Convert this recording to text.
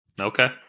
Okay